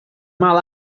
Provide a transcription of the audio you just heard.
mal